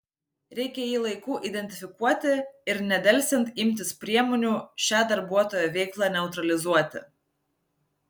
reikia jį laiku identifikuoti ir nedelsiant imtis priemonių šią darbuotojo veiklą neutralizuoti